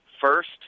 first